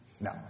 No